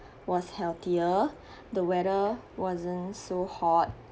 was healthier the weather wasn't so hot